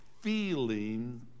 feeling